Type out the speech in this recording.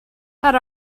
had